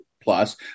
plus